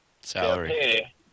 salary